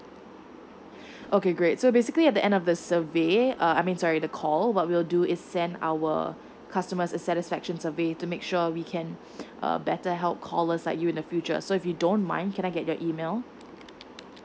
okay great so basically at the end of the survey I I mean sorry the call what we'll do is send our customer satisfaction survey to make sure we can uh better help callers like you in the future so if you don't mind can I get your email